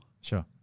Sure